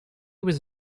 was